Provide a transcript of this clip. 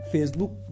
Facebook